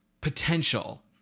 potential